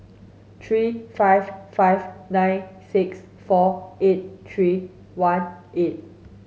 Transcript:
three five five nine six four eight three one eight